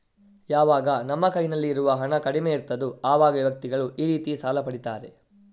ಯಾವಾಗ ನಮ್ಮ ಕೈನಲ್ಲಿ ಇರುವ ಹಣ ಕಡಿಮೆ ಇರ್ತದೋ ಅವಾಗ ವ್ಯಕ್ತಿಗಳು ಈ ರೀತಿ ಸಾಲ ಪಡೀತಾರೆ